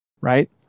right